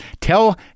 Tell